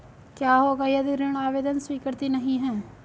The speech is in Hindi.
क्या होगा यदि ऋण आवेदन स्वीकृत नहीं है?